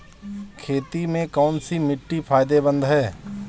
खेती में कौनसी मिट्टी फायदेमंद है?